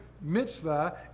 mitzvah